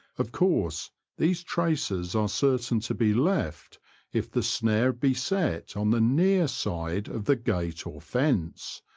of course these traces are certain to be left if the snare be set on the near side of the gate or fence,